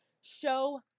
Show